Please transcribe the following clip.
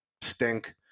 stink